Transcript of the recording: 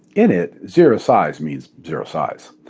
in it, zero size means zero size.